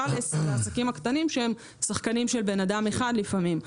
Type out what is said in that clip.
לעסקים הקטנים שהם שחקנים של אדם אחד לפעמים.